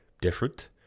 different